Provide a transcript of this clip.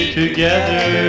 together